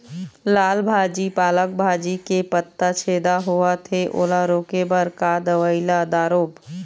लाल भाजी पालक भाजी के पत्ता छेदा होवथे ओला रोके बर का दवई ला दारोब?